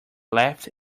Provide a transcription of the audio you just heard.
left